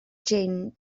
jin